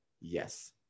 Yes